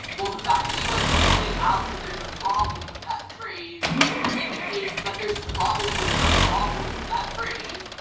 well the fact that you like pointed out that there's a problem with that phrase indicates that there's probably a problem with that phrase.